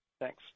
Thanks